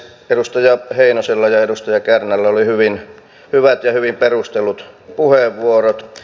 edustaja heinosella ja edustaja kärnällä oli hyvin hyvät ja hyvin perustellut puheenvuorot